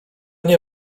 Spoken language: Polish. nie